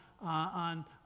on